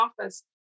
office